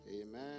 Amen